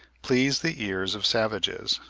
please the ears of savages.